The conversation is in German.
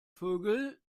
vögel